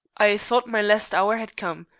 i thought my last hour had come.